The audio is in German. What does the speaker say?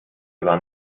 waren